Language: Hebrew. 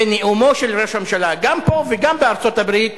ונאומו של ראש הממשלה גם פה וגם בארצות-הברית